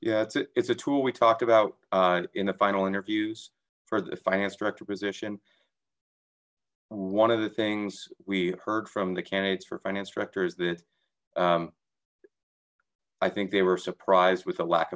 yeah it's it's a tool we talked about in the final interviews for the finance director position one of the things we heard from the candidates for finance directors that i think they were surprised with a lack